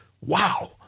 Wow